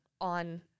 on